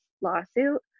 lawsuit